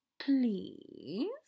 please